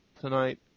tonight